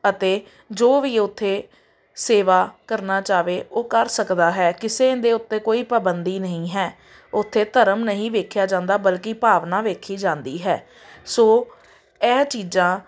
ਅਤੇ ਜੋ ਵੀ ਉੱਥੇ ਸੇਵਾ ਕਰਨਾ ਚਾਹਵੇ ਉਹ ਕਰ ਸਕਦਾ ਹੈ ਕਿਸੇ ਦੇ ਉੱਤੇ ਕੋਈ ਪਾਬੰਦੀ ਨਹੀਂ ਹੈ ਉੱਥੇ ਧਰਮ ਨਹੀਂ ਦੇਖਿਆ ਜਾਂਦਾ ਬਲਕਿ ਭਾਵਨਾ ਦੇਖੀ ਜਾਂਦੀ ਹੈ ਇਹ ਚੀਜ਼ਾਂ